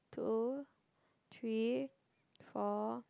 two three four